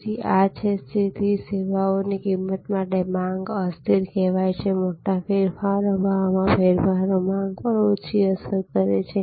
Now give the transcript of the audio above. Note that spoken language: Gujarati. તેથી આ છે તેથી સેવાઓની કિંમત માટે માંગ અસ્થિર કહેવાય છે મોટા ફેરફારો ભાવમાં ફેરફાર માંગ પર ઓછી અસર કરે છે